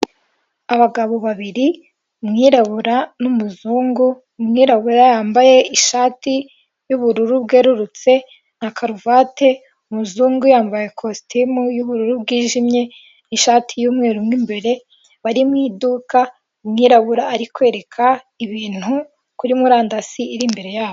Abagabo babiri umwirabura n'umuzungu umwirabura yambaye ishati y'ubururu bwerurutse na karuvati umuzungu yambaye ikositimu y'ubururu bwijimye ishati y'umweru umwe imbere bari mu iduka umwirabura ari kwereka ibintu kuri murandasi iri imbere yabo.